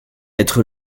être